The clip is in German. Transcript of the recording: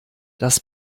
das